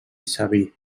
sabí